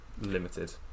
Limited